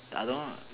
the other one